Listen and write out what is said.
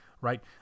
right